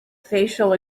facial